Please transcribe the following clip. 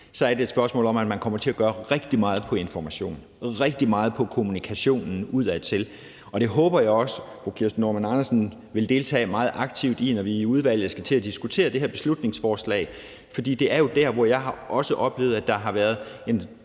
så er det et spørgsmål om, at man kommer til at gøre rigtig meget ud af information og rigtig meget ud af kommunikationen udadtil, og det håber jeg også fru Kirsten Normann Andersen vil deltage meget aktivt i, når vi i udvalget skal til at diskutere det her beslutningsforslag, for det er jo der, hvor jeg også har oplevet, at der har været en